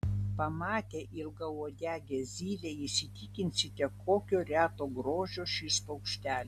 pamatę ilgauodegę zylę įsitikinsite kokio reto grožio šis paukštelis